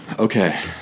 Okay